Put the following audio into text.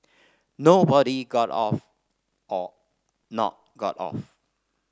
nobody got off or not got off